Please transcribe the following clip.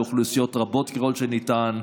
שלה לאוכלוסיות רבות ככל שניתן,